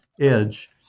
edge